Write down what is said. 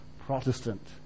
Protestant